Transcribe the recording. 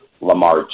Lamar